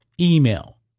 email